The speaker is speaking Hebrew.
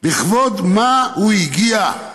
לכבוד מה הוא הגיע,